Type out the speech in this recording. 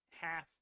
half